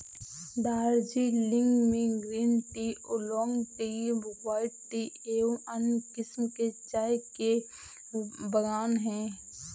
दार्जिलिंग में green tea, oolong tea, white tea एवं अन्य किस्म के चाय के बागान हैं